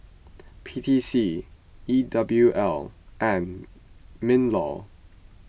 P T C E W L and MinLaw